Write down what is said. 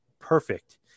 perfect